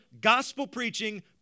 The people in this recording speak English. gospel-preaching